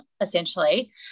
essentially